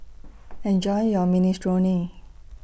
Enjoy your Minestrone